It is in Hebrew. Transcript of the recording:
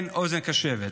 אין אוזן קשבת.